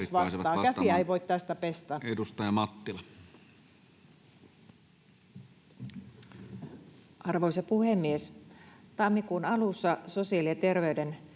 Arvoisa puhemies! Tammikuun alussa sosiaali‑ ja terveyspalveluiden